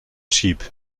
cheap